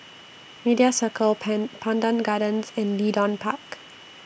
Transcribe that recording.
Media Circle Pan Pandan Gardens and Leedon Park